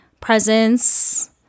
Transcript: presents